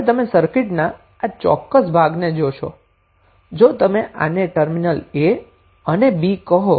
હવે તમે સર્કિટના આ ચોક્કસ ભાગને જોશો જો તમે આને ટર્મિનલ a અને b કહો તો હવે તમે શું જુઓ છો